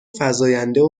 فزاینده